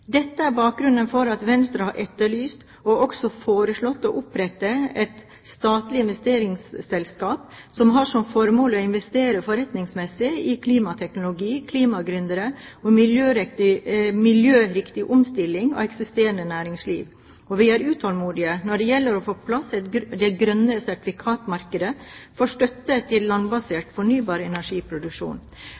Dette er bakgrunnen for at Venstre har etterlyst, og også foreslått, å opprette et statlig investeringsselskap som har som formål å investere forretningsmessig i klimateknologi, klimagründere og miljøriktig omstilling av eksisterende næringsliv. Og vi er utålmodige når det gjelder å få på plass det grønne sertifikatmarkedet for støtte til landbasert fornybar energiproduksjon.